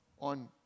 on